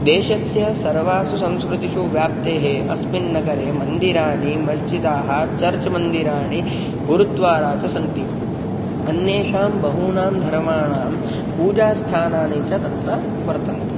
देशस्य सर्वासु संस्कृतिषु व्याप्ते अस्मिन् नगरे मन्दिराणि मस्जिदाः चर्च् मन्दिराणि गुरुद्वारा च सन्ति अन्येषां बहूनां धर्माणां पूजास्थानानि च तत्र वर्तन्ते